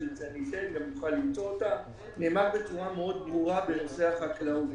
מי שירצה יוכל למצוא אותם נאמר בצורה ברורה מאוד בנושא החקלאות: